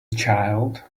child